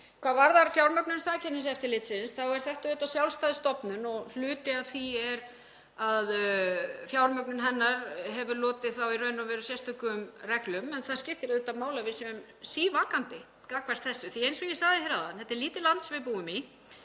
Hvað varðar fjármögnun Samkeppniseftirlitsins þá er þetta auðvitað sjálfstæð stofnun og hluti af því er að fjármögnun hennar hefur lotið þá í raun og veru sérstökum reglum. En það skiptir auðvitað máli að við séum sívakandi gagnvart þessu því eins og ég sagði áðan, þetta er lítið land sem við búum í,